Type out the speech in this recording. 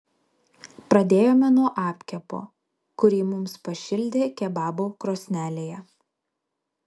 pradėjome nuo apkepo kurį mums pašildė kebabų krosnelėje